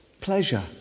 pleasure